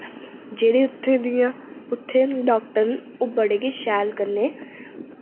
जेह्ड़े उत्थूं दियां उत्थै डाक्टर न ओह् बड़े गै शैल कन्नै